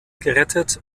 gerettet